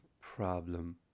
problem